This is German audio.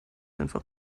einfach